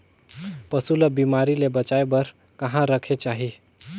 पशु ला बिमारी ले बचाय बार कहा रखे चाही?